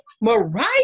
Mariah